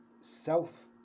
self